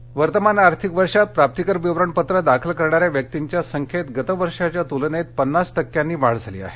करदाते वर्तमान आर्थिक वर्षात प्राप्तीकर विवरण पत्र दाखल करणाऱ्या व्यक्तींच्या संख्येत गत वर्षाच्या तुलनेत पन्नास टक्क्यांनी वाढ झाली आहे